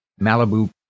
Malibu